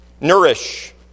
Nourish